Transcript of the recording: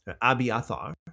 Abiathar